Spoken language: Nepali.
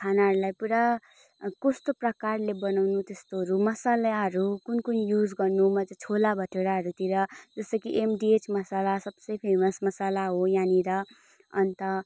खानाहरूलाई पुरा कस्तो प्रकारले बनाउनु त्यस्तोहरू मसलाहरू कुन कुन युज गर्नु म चाहिँ छोला भटोराहरूतिर जस्तै कि एमडिएच मसाला सबसे फेमस मसाला हो यहाँनिर अन्त